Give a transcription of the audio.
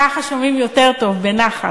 ככה שומעים יותר טוב, בנחת.